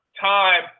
time